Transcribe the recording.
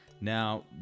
Now